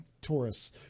Taurus